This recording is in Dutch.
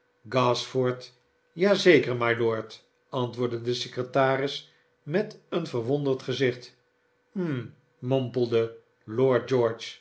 gashford ja zeker mylord antwoordde de secretaris met een verwonderd gezicht hm mompelde